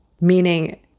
Meaning